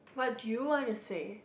what you wanna say